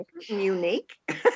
unique